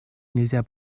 нельзя